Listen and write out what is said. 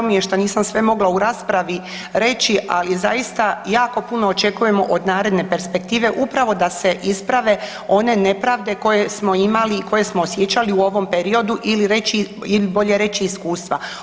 Žao mi je što nisam sve mogla u raspravi reći, ali je zaista jako puno očekujemo od naredne perspektive upravo da se isprave one nepravde koje smo imali i koje smo osjećali u ovom periodu ili reći, ili bolje reći iskustva.